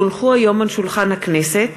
כי הונחו היום על שולחן הכנסת,